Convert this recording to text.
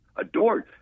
adored